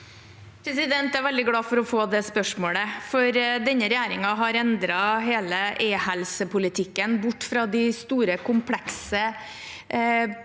Jeg er veldig glad for å få det spørsmålet, for denne regjeringen har endret hele e-helsepolitikken, bort fra de store, komplekse